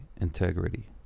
integrity